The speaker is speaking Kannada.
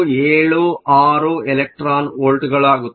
276 ಎಲೆಕ್ಟ್ರಾನ್ ವೋಲ್ಟ್ಗಳಾಗುತ್ತದೆ